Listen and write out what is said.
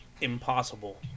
impossible